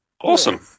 Awesome